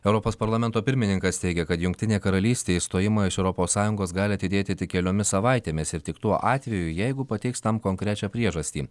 europos parlamento pirmininkas teigia kad jungtinė karalystė išstojimo iš europos sąjungos gali atidėti keliomis savaitėmis ir tik tuo atveju jeigu pateiks tam konkrečią priežastį